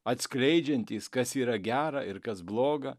atskleidžiantys kas yra gera ir kas bloga